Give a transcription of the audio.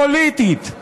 פוליטית,